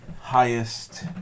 highest